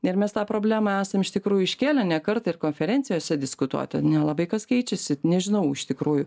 ir mes tą problemą esam iš tikrųjų iškėlę ne kartą ir konferencijose diskutuota nelabai kas keičiasi nežinau iš tikrųjų